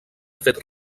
fet